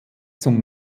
zum